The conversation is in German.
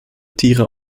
tiere